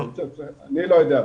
אני לא יודע.